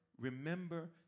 Remember